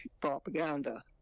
propaganda